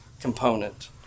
component